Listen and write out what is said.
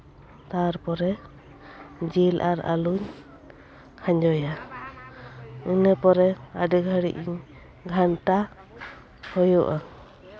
ᱛᱟᱨᱯᱚᱨᱮ ᱡᱤᱞ ᱟᱨ ᱟᱹᱞᱩᱧ ᱠᱷᱟᱸᱡᱚᱭᱟ ᱤᱱᱟᱹᱯᱚᱨᱮ ᱟᱹᱰᱤ ᱜᱷᱟᱹᱲᱤᱡ ᱜᱷᱟᱱᱴᱟ ᱦᱩᱭᱩᱜᱼᱟ